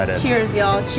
but cheers y'all